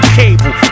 cable